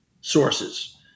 sources